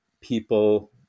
people